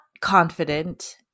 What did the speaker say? confident